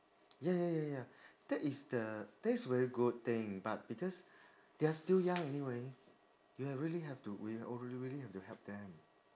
ya ya ya ya that is the that's very good thing but because they're still young anyway you'll really have to you'll really really have to help them